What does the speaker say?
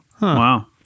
Wow